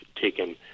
taken